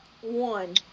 One